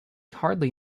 hardly